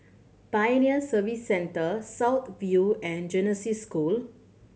Pioneer Service Centre South View and Genesis School